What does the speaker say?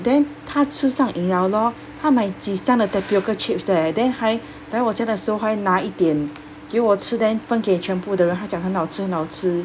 then 她吃上瘾 liao lor 她买几箱的 tapioca chips leh then 还来我家的时候还拿一点给我吃 then 分给全部的人她讲很好吃很好吃